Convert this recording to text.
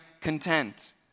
content